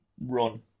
run